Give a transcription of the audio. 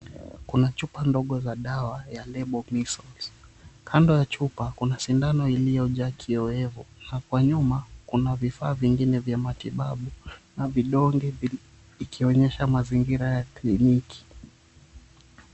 Kuna chupa ndogo za dawa ya level mwisho kando ya chupa kuna sindano iliyojaa kiyoevu na kwa. Nyuma kuna vifaa vingine vya matibabu na vidonge, ikionyesha mazingira ya kliniki.